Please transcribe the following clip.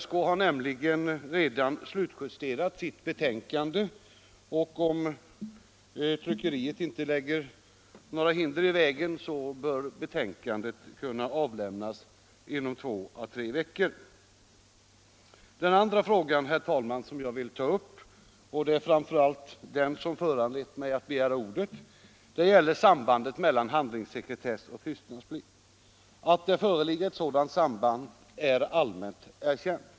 OSK har nämligen redan slutjusterat sitt slutbetänkande, och om tryckeriet inte lägger hinder i vägen bör betänkandet kunna avlämnas inom två tre veckor. Den andra fråga jag vill ta upp —- och det är framför allt den som föranlett mig att begära ordet — gäller sambandet mellan handlingssekretess och tystnadsplikt. Att det föreligger ett sådant samband är allmänt erkänt.